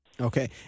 Okay